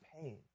pain